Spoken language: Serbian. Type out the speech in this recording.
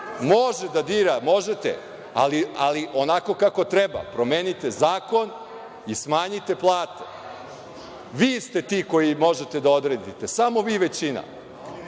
Može da dira, možete, ali onako kako treba. Promenite zakon i smanjite plate. Vi ste ti koji možete da odredite, samo vi, većina,